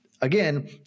again